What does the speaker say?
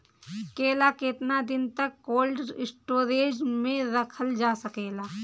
केला केतना दिन तक कोल्ड स्टोरेज में रखल जा सकेला?